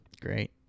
Great